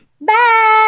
Bye